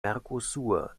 mercosur